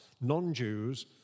non-Jews